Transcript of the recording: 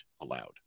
allowed